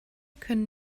können